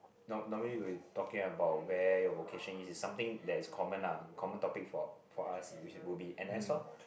nor~ normally we talking about where your vocation is something that is common common topic for for us which will be N_S orh